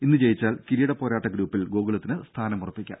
ഇന്ന് ജയിച്ചാൽ കിരീട പോരാട്ട ഗ്രൂപ്പിൽ ഗോകുലത്തിന് സ്ഥാനം ഉറപ്പിക്കാം